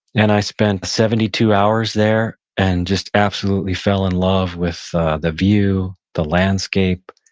and i spent seventy two hours there and just absolutely fell in love with the view, the landscape,